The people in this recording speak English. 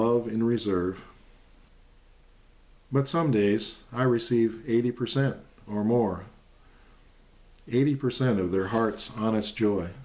love in reserve but some days i receive eighty percent or more eighty percent of their heart's honest joy